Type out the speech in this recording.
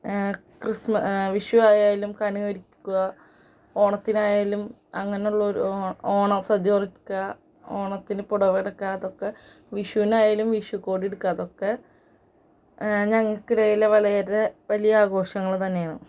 Christmas Vishu ആയാലും കണി ഒരുക്കുക ഓണത്തിനായാലും അങ്ങനെ ഉള്ളൊരു ഓണം ഓണസദ്യ ഒരുക്കുക ഓണത്തിന് പുടവ എടുക്കുക അതൊക്കെ വിഷുവിനായാലും വിഷു കോടി എടുക്കുക അതൊക്കെ ഞങ്ങൾക്കിടയിലെ വളരെ വലിയ ആഘോഷങ്ങൾ തന്നെ ആണ്